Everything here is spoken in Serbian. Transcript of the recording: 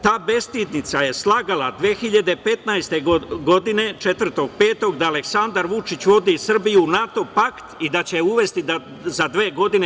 Ta bestidnica je slagala 2015. godine, 4. maja, da Aleksandar Vučić, vodi Srbiju u NATO pakt i da će je uvesti za dve godine.